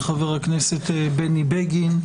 לחבר הכנסת בני בגין.